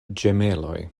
ĝemeloj